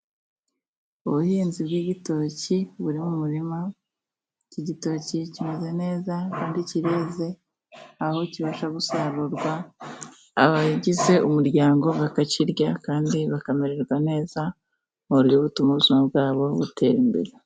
Ubuhinzi bw'igitoki buri mu murima, iki gitoki kimeze neza kandi kireze aho kibasha gusarurwa abagize umuryango bakakirya, kandi bakamererwa neza mu buryo butuma ubuzima bwabo butera imbere.